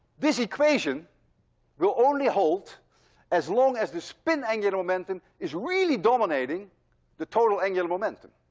this equation will only hold as long as the spin angular momentum is really dominating the total angular momentum